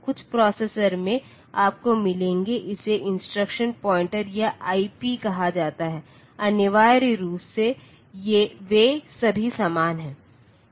कुछ प्रोसेसर में आपको मिलेंगे इसे इंस्ट्रक्शन पॉइंटर या आईपी कहा जाता है अनिवार्य रूप से वे सभी समान हैं